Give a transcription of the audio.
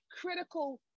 critical